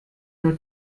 nur